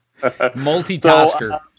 multitasker